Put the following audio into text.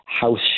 House